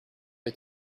est